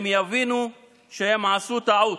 והם יבינו שהם עשו טעות.